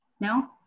No